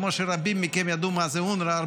כמו שרבים מכם ידעו מה זה אונר"א,